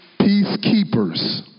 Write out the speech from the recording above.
peacekeepers